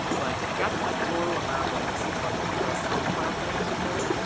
like gatsby core will have like a few plugins for like common file types supported,